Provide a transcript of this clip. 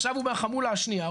עכשיו הוא מהחמולה השניה,